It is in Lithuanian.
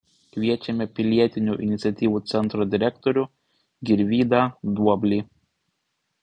kviečiame pilietinių iniciatyvų centro direktorių girvydą duoblį